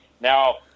now